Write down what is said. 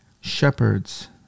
shepherds